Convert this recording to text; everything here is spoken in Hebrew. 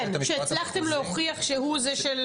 כן, שהצלחתם להוכיח שהוא הרוצח.